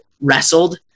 wrestled